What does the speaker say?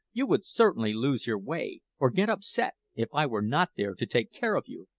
you would certainly lose your way, or get upset, if i were not there to take care of you.